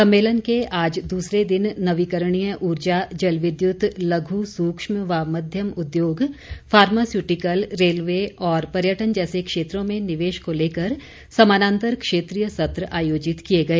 सम्मेलन के आज दूसरे दिन नवीकरणीय ऊर्जा जल विद्युत लघु सूक्ष्म व मध्यम उद्योग फार्मास्यूटिकल रेलवे और पर्यटन जैसे क्षेत्रों में निवेश को लेकर समानांतर क्षेत्रीय सत्र आयोजित किए गए